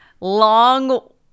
long